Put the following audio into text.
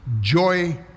joy